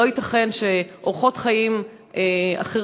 לא ייתכן שאורחות חיים אחרים,